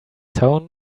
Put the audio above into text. town